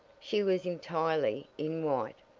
she was entirely in white,